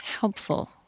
helpful